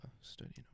studying